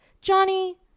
Johnny